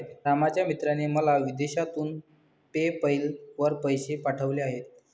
रामच्या मित्राने मला विदेशातून पेपैल वर पैसे पाठवले आहेत